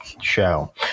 show